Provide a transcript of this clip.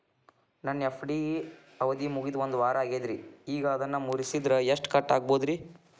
ನನ್ನ ಎಫ್.ಡಿ ಅವಧಿ ಮುಗಿದು ಒಂದವಾರ ಆಗೇದ್ರಿ ಈಗ ಅದನ್ನ ಮುರಿಸಿದ್ರ ಎಷ್ಟ ಕಟ್ ಆಗ್ಬೋದ್ರಿ?